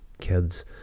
kids